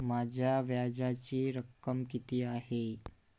माझ्या व्याजाची रक्कम किती आहे?